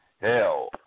Hell